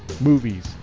movies